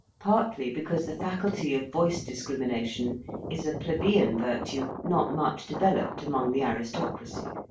partly because the faculty of voice-discrimination is a plebeian virtue not much developed among the aristocracy.